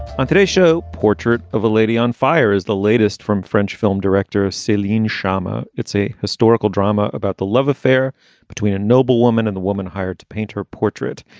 on today's show portrait of a lady on fire is the latest from french film director celine sharma. it's a historical drama about the love affair between a noble woman and the woman hired to paint her portrait.